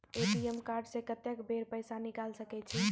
ATM card से कत्तेक बेर पैसा निकाल सके छी?